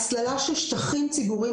הצללה של שטחים ציבוריים,